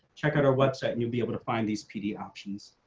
check out our website and you'll be able to find these pd options.